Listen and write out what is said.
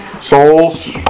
souls